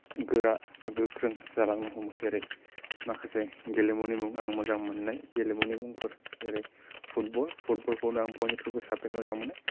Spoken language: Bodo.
गोरा बा गोख्रों जालांनो हमो जेरै माखासे गेलेमुनि मुं आं मोजां मोन्नाय गेलेमुनि मुंफोर जेरै फुटबल फुटबलखौनो आं बयनिख्रुइबो साबसिन मोजां मोनो